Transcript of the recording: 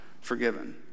forgiven